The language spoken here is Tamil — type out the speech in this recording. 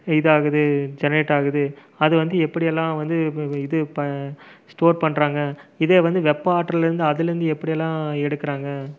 இது ஆகுது ஜெனரேட் ஆகுது அது வந்து எப்படியெல்லாம் வந்து இது இப்போ ஸ்டோர் பண்ணுறாங்க இதே வந்து வெப்ப ஆற்றல் வந்து அதுலருந்து எப்படியெல்லாம் எடுக்கிறாங்க